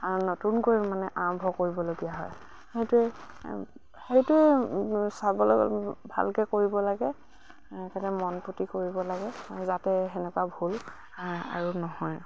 নতুনকৈ মানে আৰম্ভ কৰিবলগীয়া হয় সেইটোৱে সেইটোৱে চাবলে গ'লে ভালকৈ কৰিব লাগে মনপুতি কৰিব লাগে যাতে সেনেকুৱা ভুল আৰু নহয়